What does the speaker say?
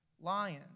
lion